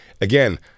again